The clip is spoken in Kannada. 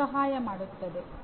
ಸಹಾಯ ಮಾಡುತ್ತದೆ